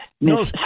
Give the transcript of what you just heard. No